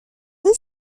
اون